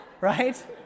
right